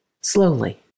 slowly